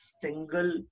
single